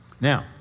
Now